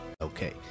okay